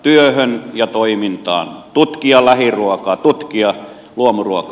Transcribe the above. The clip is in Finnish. työhön ja toimintaan tutkia lähiruokaa tutkia luomuruokaa